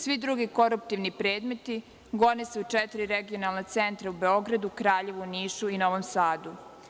Svi drugi koruptivni predmeti gone se u četiri regionalna centra u Beogradu, Kraljevu, Nišu i Novom Sadu.